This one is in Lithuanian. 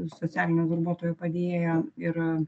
socialinio darbuotojo padėjėja ir